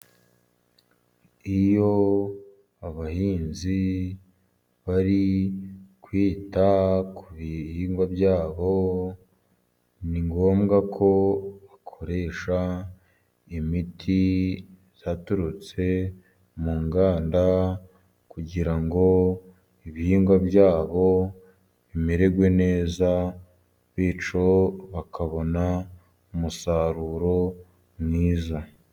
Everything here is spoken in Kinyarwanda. Iyo abahinzi bari kwita ku bihingwa byabo, ni ngombwa ko bakoresha imiti yaturutse mu nganda, kugira ngo ibihingwa byabo bimererwe neza bityo bakabona umusaruro mwiza.